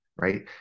right